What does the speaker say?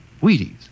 Wheaties